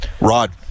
Rod